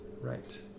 Right